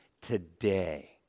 today